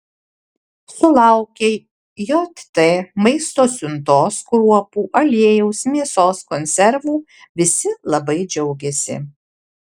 sulaukę jt maisto siuntos kruopų aliejaus mėsos konservų visi labai džiaugiasi